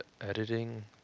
editing